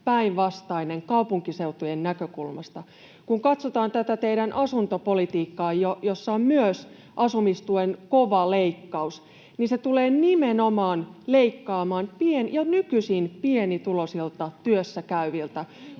päinvastainen kaupunkiseutujen näkökulmasta. Kun katsotaan tätä teidän asuntopolitiikkaa, jossa on myös asumistuen kova leikkaus, se tulee nimenomaan leikkaamaan jo nykyisin pienituloisilta työssäkäyviltä.